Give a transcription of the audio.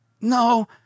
No